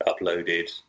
uploaded